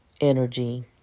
Energy